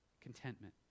contentment